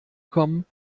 kommen